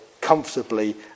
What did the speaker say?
comfortably